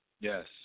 Yes